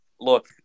Look